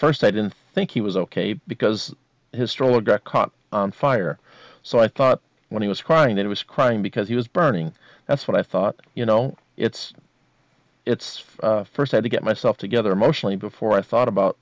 first i didn't think he was ok because his stroller got caught on fire so i thought when he was crying it was crying because he was burning that's what i thought you know it's it's first had to get myself together emotionally before i thought about